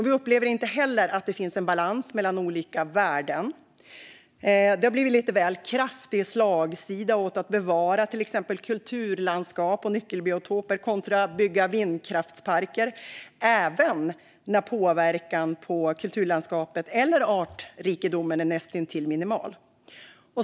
Vi upplever inte heller att det finns en balans mellan olika värden. Det har blivit lite väl kraftig slagsida åt att bevara till exempel kulturlandskap och nyckelbiotoper kontra att bygga vindkraftsparker, även när påverkan på kulturlandskapet eller artrikedomen är näst intill minimal.